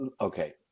Okay